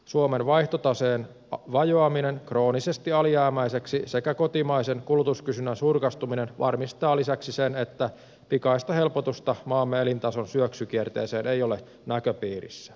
suomen vaihtotaseen vajoaminen kroonisesti alijäämäiseksi sekä kotimaisen kulutuskysynnän surkastuminen varmistavat lisäksi sen että pikaista helpotusta maamme elintason syöksykierteeseen ei ole näköpiirissä